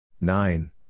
Nine